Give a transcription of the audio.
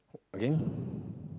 again